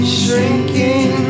shrinking